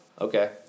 okay